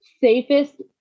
safest